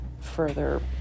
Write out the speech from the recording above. further